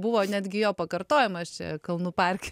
buvo netgi jo pakartojimas čia kalnų parke